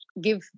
Give